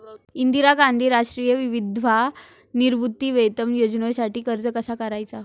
इंदिरा गांधी राष्ट्रीय विधवा निवृत्तीवेतन योजनेसाठी अर्ज कसा करायचा?